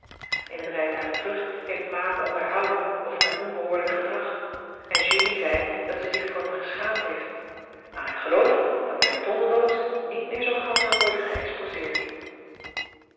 in t rijtuig terug heeft ma me onderhouden over mijn onbehoorlijk gedrag en julie zei dat ze zich voor me geschaamd heeft maar ik geloof dat mijn tondeldoos niet meer zoo gauw zal worden geëxposeerd